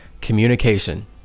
communication